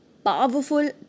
Powerful